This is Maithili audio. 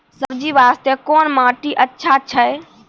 सब्जी बास्ते कोन माटी अचछा छै?